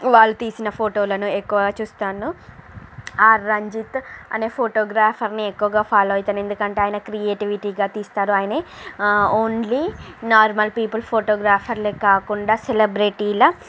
వాళ్ళు తీసిన ఫోటోలను ఎక్కువ చూస్తాను ఆ రంజిత్ అనే ఫోటోగ్రాఫర్ని ఎక్కువగా ఫాలో అవుతాను ఎందుకంటే ఆయన క్రియేటివిటీగా తీస్తారు ఆయనే ఓన్లీ నార్మల్ పీపుల్ ఫోటోగ్రాఫర్లే కాకుండా సెలబ్రెటీల